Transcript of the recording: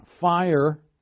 fire